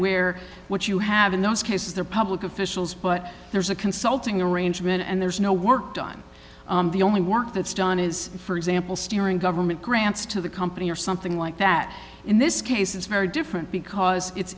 where what you have in those cases the public officials but there's a consulting arrangement and there's no worked on the only work that's done is for example steering government grants to the company or something like that in this case it's very different because it's